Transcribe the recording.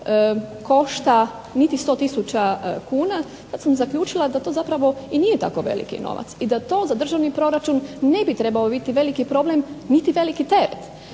košta niti 100 tisuća kuna, tada sam zaključila da to zapravo i nije veliki novac i da za to državni proračun ne bi trebao biti veliki problem niti veliki teret.